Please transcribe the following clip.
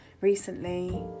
recently